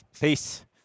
Peace